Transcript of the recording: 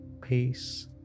peace